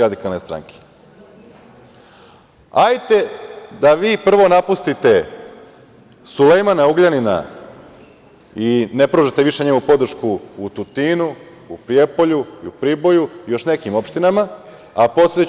Hajete da vi prvo napustite Sulejmana Ugljanina i ne pružate više njemu podršku u Tutinu, u Prijepolju i u Priboju i još nekim opštinama, a posle ću…